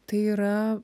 tai yra